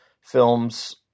films